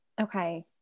okay